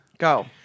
Go